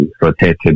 rotated